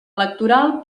electoral